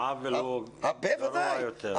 העוול -- העוול הוא גדול יותר.